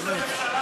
באמת.